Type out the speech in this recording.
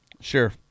Sure